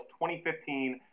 2015